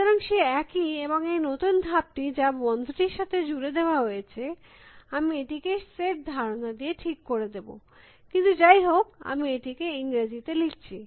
সুতরাং সেই একই এবং এই নতুন ধাপটি যা বন্ধটির সাথে জুড়ে দেওয়া হচ্ছে আমি এটিকে সেট ধারণা দিয়ে ঠিক করে দেব কিন্তু যাই হোক আমি এটিকে ইংরাজী তে লিখছি